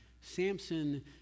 Samson